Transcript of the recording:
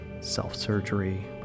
self-surgery